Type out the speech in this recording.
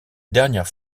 dernière